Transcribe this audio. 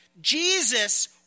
Jesus